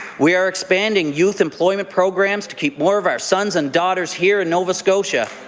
we are expanding youth employment programs to keep more of our sons and daughters here in nova scotia.